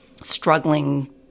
struggling